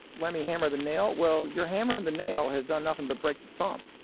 lemme hammer the nail, well, your hammerin' the nail has done nothing but break your thumb.